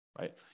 right